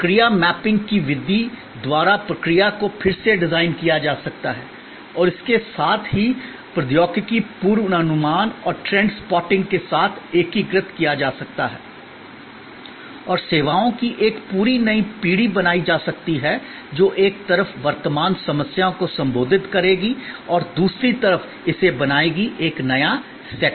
प्रक्रिया मैपिंग की विधि द्वारा प्रक्रिया को फिर से डिज़ाइन किया जा सकता है और इसके साथ ही प्रौद्योगिकी पूर्वानुमान और ट्रेंड स्पॉटिंग के साथ एकीकृत किया जा सकता है और सेवाओं की एक पूरी नई पीढ़ी बनाई जा सकती है जो एक तरफ वर्तमान समस्याओं को संबोधित करेगी और दूसरी तरफ इसे बनाएगी एक नया सेट